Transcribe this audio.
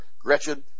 Gretchen